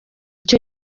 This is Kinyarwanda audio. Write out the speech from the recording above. cyo